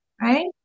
right